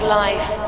life